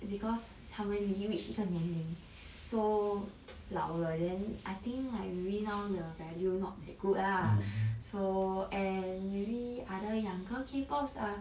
because 他们已经 reach 一个年龄 so 老了 then I think like really now the value not that good ah so and maybe other younger K pop are